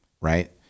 right